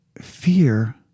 fear